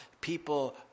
people